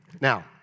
Now